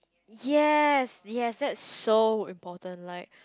yes yes that's so important like